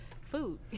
food